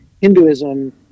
Hinduism